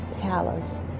palace